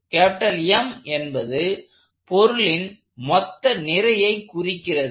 M என்பது பொருளின் மொத்த நிறையை குறிக்கிறது